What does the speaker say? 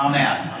Amen